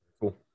Cool